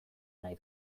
nahi